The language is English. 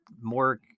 more